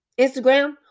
Instagram